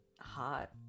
hot